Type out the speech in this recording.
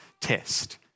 test